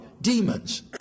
demons